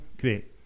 great